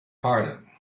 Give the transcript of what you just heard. pardon